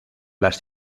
las